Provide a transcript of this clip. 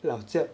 the archer